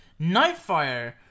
Nightfire